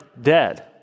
dead